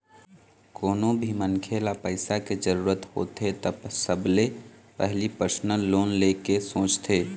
कोनो भी मनखे ल पइसा के जरूरत होथे त सबले पहिली परसनल लोन ले के सोचथे